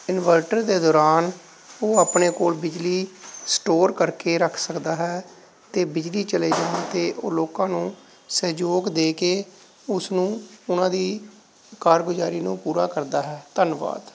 inverter ਦੇ ਦੌਰਾਨ ਉਹ ਆਪਣੇ ਕੋਲ ਬਿਜਲੀ ਸਟੋਰ ਕਰਕੇ ਰੱਖ ਸਕਦਾ ਹੈ ਅਤੇ ਬਿਜਲੀ ਚਲੇ ਜਾਣ 'ਤੇ ਉਹ ਲੋਕਾਂ ਨੂੰ ਸਹਿਯੋਗ ਦੇ ਕੇ ਉਸਨੂੰ ਉਹਨਾਂ ਦੀ ਕਾਰਗੁਜ਼ਾਰੀ ਨੂੰ ਪੂਰਾ ਕਰਦਾ ਹੈ ਧੰਨਵਾਦ